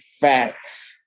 facts